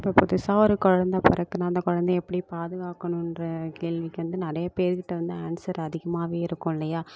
இப்போ புதுசாக ஒரு கொழந்தை பிறக்குதுனா அந்த குழந்தைய எப்படி பாதுகாக்கணும்ன்ற கேள்விக்கு வந்து நிறைய பேருக்கிட்ட வந்து ஆன்ஸ்சர் அதிகமாகவே இருக்கும் இல்லையா